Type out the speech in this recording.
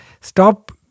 stop